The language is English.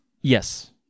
Yes